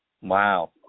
Wow